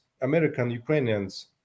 American-Ukrainians